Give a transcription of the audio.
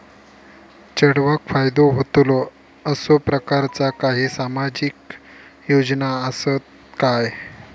चेडवाक फायदो होतलो असो प्रकारचा काही सामाजिक योजना असात काय?